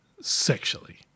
Sexually